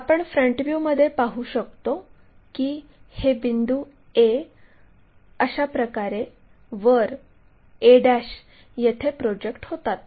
आपण फ्रंट व्ह्यूमध्ये पाहू शकतो की हे बिंदू a अशाप्रकारे वर a' येथे प्रोजेक्ट होतात